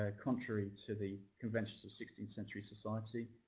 ah contrary to the conventions of sixteenth century society.